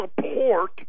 support